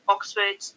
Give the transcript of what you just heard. Oxford